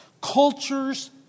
Cultures